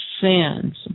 sins